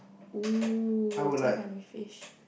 !oo! Cai Fan with fish